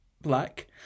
black